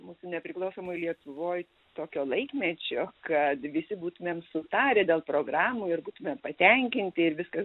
mūsų nepriklausomoj lietuvoj tokio laikmečio kad visi būtumėm sutarę dėl programų ir būtume patenkinti ir viskas